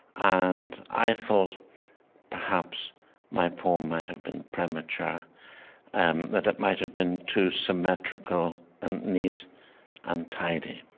and i thought perhaps my poem might have been premature and that it might have been too symmetrical and neat and tidy.